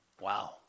Wow